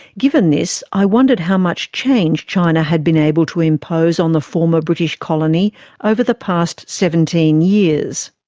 given this, i wondered how much change china had been able to impose on the former british colony over the past seventeen years.